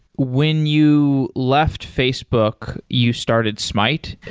when you left facebook, you started smyte.